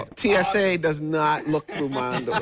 t s a. does not look through mine.